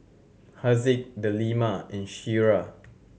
Haziq Delima and Syirah